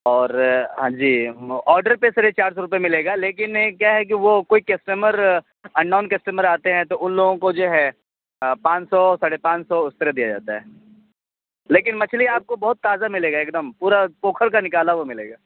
اور ہاں جی آڈر پہ صرف چار سو روپے ملے گا لیکن کیا ہے کہ وہ کوئی کسٹمر اننون کسٹمر آتے ہیں تو ان لوگوں کو جو ہے پان سو ساڑھے پان سو اس طرح دیا جاتا ہے لیکن مچھلی آپ کو بہت تازہ ملے گا ایک دم پورا پوکھر کا نکالا ہوا ملے گا